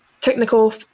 technical